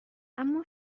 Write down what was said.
اما